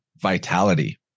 vitality